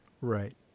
right